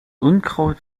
unkraut